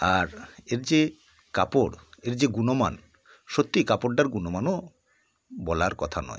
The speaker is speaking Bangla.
আর এর যে কাপড় এর যে গুণমান সত্যিই কাপড়টার গুণমানও বলার কথা নয়